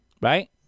right